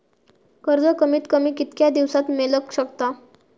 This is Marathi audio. कर्ज कमीत कमी कितक्या दिवसात मेलक शकता?